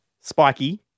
spiky